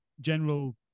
general